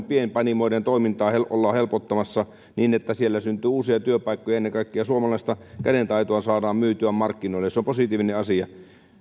pienpanimoiden toimintaa ollaan helpottamassa niin että siellä syntyy uusia työpaikkoja ja ennen kaikkea suomalaista kädentaitoa saadaan myytyä markkinoille se on positiivinen asia